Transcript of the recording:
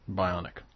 bionic